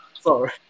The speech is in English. sorry